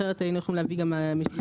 אחרת היינו יכולים להביא גם מהאגף